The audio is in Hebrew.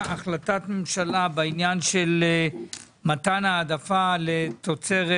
החלטת ממשלה בעניין של מתן העדפה לתוצרת